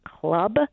club